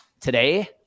today